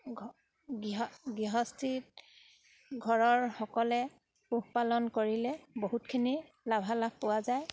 গৃহ গৃহস্থিত ঘৰৰ সকলে পোহপালন কৰিলে বহুতখিনি লাভালাভ পোৱা যায়